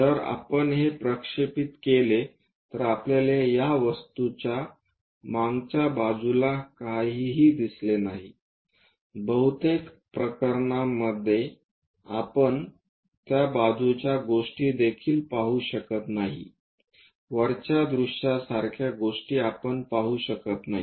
जर आपण हे प्रक्षेपित केले तर आपल्याला त्या वस्तूच्या मागच्या बाजूला काहीही दिसले नाही बहुतेक प्रकरणांमध्ये आपण त्या बाजूच्या गोष्टीदेखील पाहू शकत नाही वरच्या दृश्यासारख्या गोष्टी आपण पाहू शकत नाही